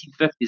1950s